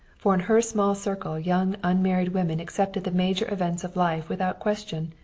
for in her small circle young unmarried women accepted the major events of life without question,